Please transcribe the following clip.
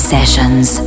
Sessions